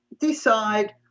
decide